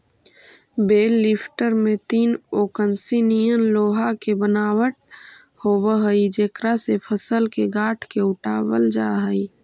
बेल lifter में तीन ओंकसी निअन लोहा के बनावट होवऽ हई जेकरा से फसल के गाँठ के उठावल जा हई